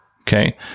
Okay